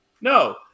No